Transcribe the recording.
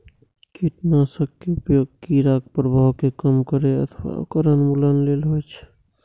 कीटनाशक के उपयोग कीड़ाक प्रभाव कें कम करै अथवा ओकर उन्मूलन लेल होइ छै